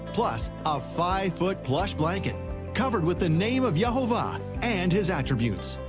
plus a five foot plush blanket covered with the name of yehovah and his attributes.